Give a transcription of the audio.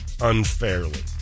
unfairly